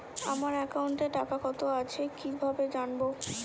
আমার একাউন্টে টাকা কত আছে কি ভাবে জানবো?